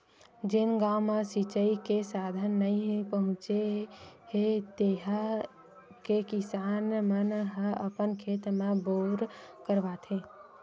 जेन गाँव म सिचई के साधन नइ पहुचे हे तिहा के किसान मन ह अपन खेत म बोर करवाथे